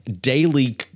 daily